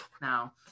Now